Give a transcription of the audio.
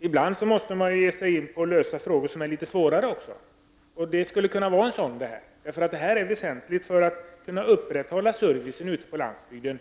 Ibland måste man också ge sig in och lösa frågor som är litet svårare. Denna fråga skulle kunna vara en sådan. Det är väsentligt för att man skall kunna upprätthålla servicen ute på landsbygden.